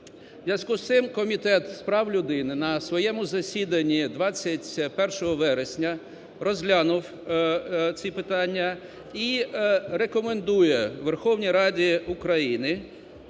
зв'язку з цим Комітет з прав людини на своєму засіданні 21 вересня розглянув ці питання і рекомендує Верховній Раді України